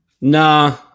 nah